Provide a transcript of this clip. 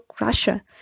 Russia